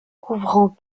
couvrant